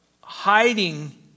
hiding